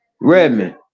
Redman